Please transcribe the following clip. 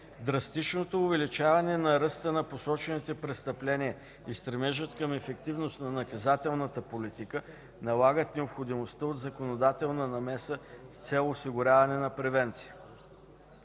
Драстичното увеличаване на ръста на посочените престъпления и стремежът към ефективност на наказателната политика налагат необходимостта от законодателна намеса с цел осигуряване на превенция.